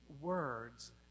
words